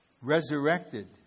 resurrected